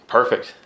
Perfect